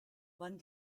one